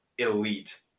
elite